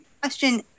question